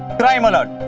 crime alert!